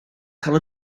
cael